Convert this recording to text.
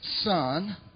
son